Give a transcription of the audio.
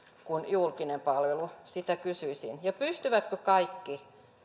kuin julkinen palvelu sitä kysyisin ja pystyvätkö kaikki